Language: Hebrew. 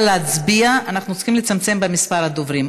להצביע אנחנו צריכים לצמצם את מספר הדוברים,